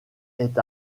est